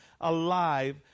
alive